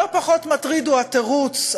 לא פחות מטריד הוא התירוץ,